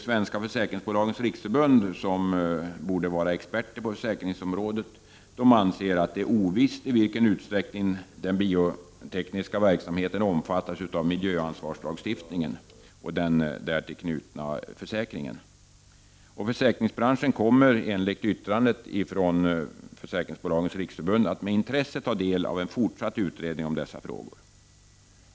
Svenska försäkringsbolags riksförbund, som borde vara expertis på försäkringsområdet, anser att det är ovisst i vilken utsträckning den biotekniska verksamheten omfattas av miljöansvarslagstiftningen och den därtill knutna försäkringen. Försäkringsbranschen kommer enligt yttrandet från Svenska försäkringsbolags riksförbund att med intresse ta del av en fortsatt utredning av dessa frågor.